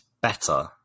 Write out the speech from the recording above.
better